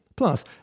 Plus